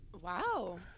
Wow